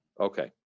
Okay